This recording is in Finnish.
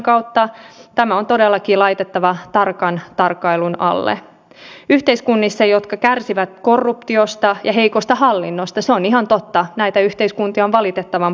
mutta näen että suomen perinteinen linja eli että viennistä eletään on edelleen ajankohtainen ja uskon että siinä olisi vielä enemmän mahdollisuuksia kuin tähän mennessä on pystytty edes ennakoimaan